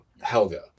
Helga